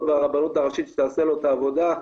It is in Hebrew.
ברבנות הראשית שתעשה לו את העבודה.